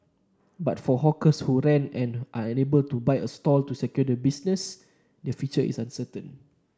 but for hawkers who rent and are unable to buy a stall to secure their business the future is uncertain